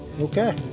Okay